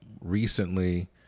recently